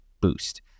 boost